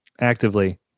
actively